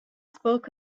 spoke